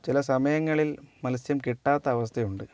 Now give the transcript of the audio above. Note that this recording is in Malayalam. ചില സമയങ്ങളിൽ മത്സ്യം കിട്ടാത്ത അവസ്ഥയുണ്ട്